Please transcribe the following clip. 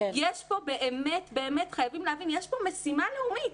חייבים להבין, יש פה באמת משימה לאומית.